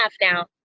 now